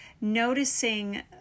noticing